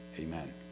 Amen